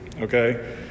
Okay